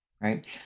right